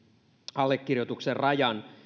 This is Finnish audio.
allekirjoituksen rajan